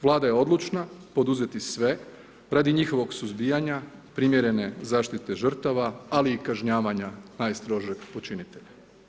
Vlada je odlučna poduzeti sve radi njihovog suzbijanja primjerene zaštite žrtava ali i kažnjavanja najstrožeg počinitelja.